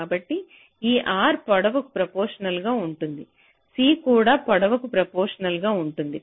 కాబట్టి ఈ R పొడవుకు ప్రొఫెషనల్గా ఉంటుంది C కూడా పొడవుకు ప్రొఫెషనల్గా ఉంటుంది